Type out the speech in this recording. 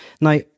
Now